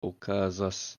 okazas